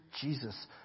jesus